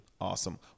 Awesome